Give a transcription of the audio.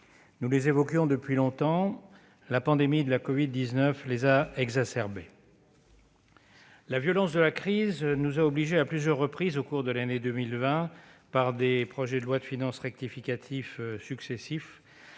Nous les évoquions depuis longtemps, la pandémie de la covid-19 les a exacerbés. La violence de la crise nous a obligés, à plusieurs reprises au cours de l'année 2020 sous la forme de projets de loi de finances rectificative successifs,